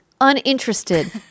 uninterested